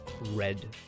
red